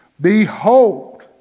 behold